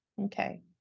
okay